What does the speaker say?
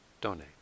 donate